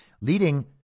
leading